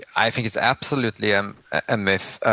i think it's absolutely um a myth.